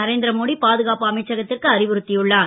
நரேந் ரமோடி பாதுகாப்பு அமைச்சகத் ற்கு அறிவுறுத் யுள்ளார்